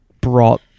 brought